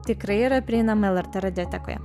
tikrai yra prieinama lrt radijotekoje